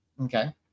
Okay